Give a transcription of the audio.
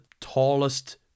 tallest